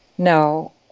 No